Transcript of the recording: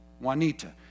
Juanita